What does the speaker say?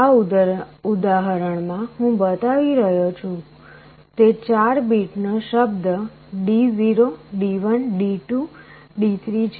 આ ઉદાહરણમાં હું બતાવી રહ્યો છું તે 4 બીટ નો શબ્દ D0 D1 D2 D3 છે